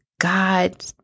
God